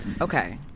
Okay